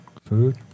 Food